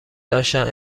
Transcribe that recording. داشتند